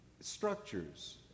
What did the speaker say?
structures